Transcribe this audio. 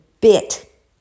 bit